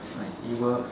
like it works